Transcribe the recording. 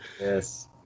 yes